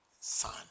son